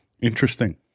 Interesting